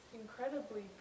incredibly